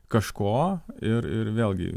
kažko ir ir vėlgi